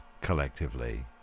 collectively